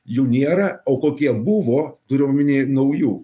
jų nėra o kokie buvo turiu omeny naujų